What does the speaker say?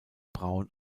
braun